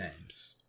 names